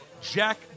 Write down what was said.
Jack